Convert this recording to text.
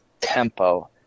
tempo